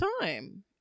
time